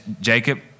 Jacob